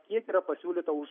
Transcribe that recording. kiek yra pasiūlyta už